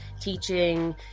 teaching